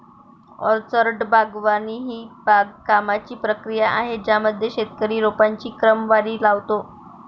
orchard बागवानी ही बागकामाची प्रक्रिया आहे ज्यामध्ये शेतकरी रोपांची क्रमवारी लावतो